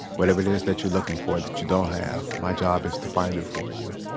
whatever it is that you're looking for that you don't have, my job is to find it for you